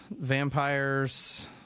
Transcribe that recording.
Vampires